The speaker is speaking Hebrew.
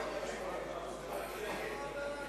ההצעה להסיר מסדר-היום את הצעת חוק